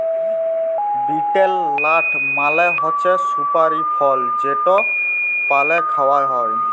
betel লাট মালে হছে সুপারি ফল যেট পালে খাউয়া হ্যয়